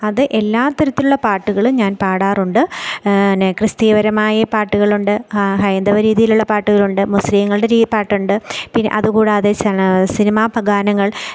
അത് എല്ലാ തരത്തിലുള്ള പാട്ടുകളും ഞാൻ പാടാറുണ്ട് ന്നെ ക്രിസ്തീയപരമായ പാട്ടുകളുണ്ട് ഹൈന്ദവ രീതിയിലുള്ള പാട്ടുകളുണ്ട് മുസ്സ്ലീങ്ങളുടെ രീതി പാട്ടുണ്ട് പിന്നെ അതുകൂടാതെ ചില സിനിമ പ ഗാനങ്ങൾ